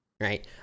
Right